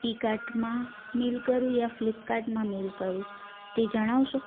ઈકાર્ટમાં mail કરું યા ફ્લિપકાર્ટમાં મેલ કરું તે જણાવશો